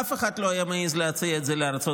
אף אחד לא היה מעז להציע את זה לארצות